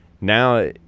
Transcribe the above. now